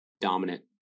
dominant